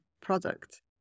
product